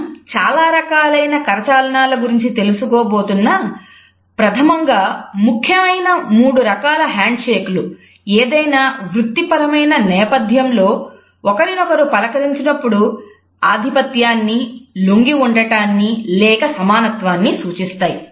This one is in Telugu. మనం చాలా రకాలైన కరచాలనాల గురించి తెలుసుకోబోతున్న ప్రథమంగా ముఖ్యమైన మూడు రకాల హ్యాండ్షేక్లు ఏదైనా వృత్తిపరమైన నేపధ్యంలో ఒకరినొకరు పలకరించినప్పుడు ఆధిపత్యాన్ని లొంగి వుండటాన్ని లేక సమానత్వాన్ని సూచిస్తాయి